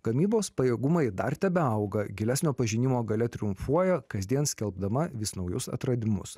gamybos pajėgumai dar tebeauga gilesnio pažinimo galia triumfuoja kasdien skelbdama vis naujus atradimus